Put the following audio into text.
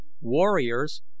Warriors